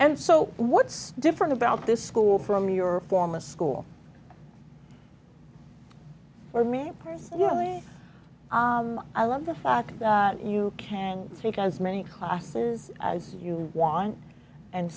and so what's different about this school from your former school for me personally i mean i love the fact that you can take as many classes as you want and